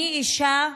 אני אישה,